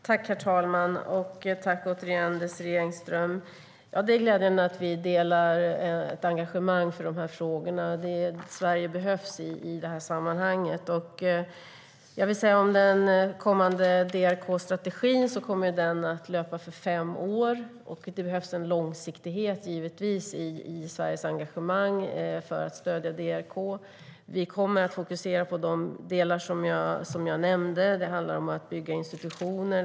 Herr talman! Tack, återigen, Désirée Pethrus! Det är glädjande att vi delar ett engagemang i de här frågorna. Sverige behövs i det här sammanhanget. Jag vill säga något om den kommande DRK-strategin. Den kommer att löpa i fem år. Det behövs en långsiktighet, givetvis, i Sveriges engagemang i att stödja DRK. Vi kommer att fokusera på de delar som jag nämnde. Det handlar om att bygga institutioner.